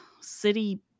city